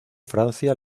francia